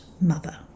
mother